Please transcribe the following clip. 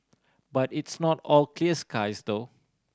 but it's not all clear skies though